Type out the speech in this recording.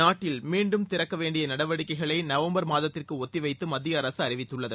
நாட்டில் மீண்டும் திறக்கவேண்டிய நடவடிக்கைகளை நவம்பர் மாதத்திற்கு ஒத்தி வைத்து மத்திய அரசு அறிவித்துள்ளது